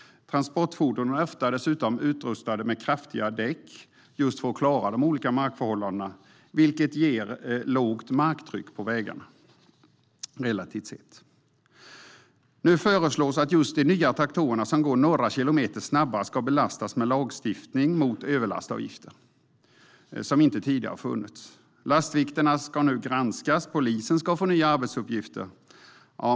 Transportfordonen är ofta utrustade med kraftiga däck för att klara olika markförhållanden, vilket ger relativt sett lågt marktryck på vägarna. Nu föreslås att just de nya traktorerna, som går några kilometer snabbare, ska belastas med lagstiftning med överlastavgifter som inte tidigare har funnits. Lastvikterna ska nu granskas, och polisen ska få nya arbetsuppgifter.